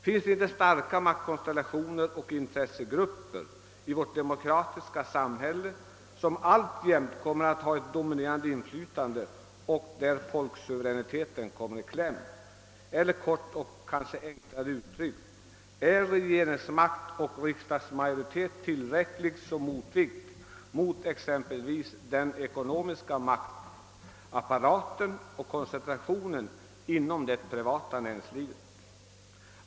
Finns det inte starka maktkonstellationer och intressegrupper i vårt demokratiska samhälle som alltjämt kommer att ha ett dominerande inflytande och där folksuveräniteten kommer i kläm? Eller kort och enkelt uttryckt: Är regeringsmakt och riksdagsmajoritet tillräckliga medel som motvikt mot exempelvis den ekonomiska maktapparaten och koncentrationen inom det privata näringslivet?